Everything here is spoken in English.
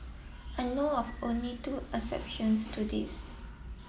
I know of only two exceptions to this